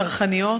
צרכניות,